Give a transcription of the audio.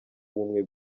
w’ubumwe